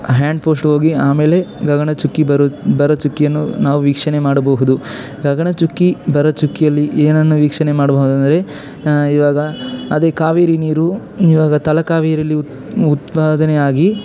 hand ಪೋಸ್ಟ್ಗೋಗಿ ಆಮೇಲೆ ಗಗನಚುಕ್ಕಿ ಬರು ಭರಚುಕ್ಕಿಯನ್ನು ನಾವು ವೀಕ್ಷಣೆ ಮಾಡಬಹುದು ಗಗನಚುಕ್ಕಿ ಭರಚುಕ್ಕಿಯಲ್ಲಿ ಏನನ್ನು ವೀಕ್ಷಣೆ ಮಾಡಬಹುದಂದ್ರೇ ಈವಾಗ ಅದೇ ಕಾವೇರಿ ನೀರು ಈವಾಗ ತಲ ಕಾವೇರಿಲಿ ಉತ್ ಉತ್ಪಾದನೆಯಾಗಿ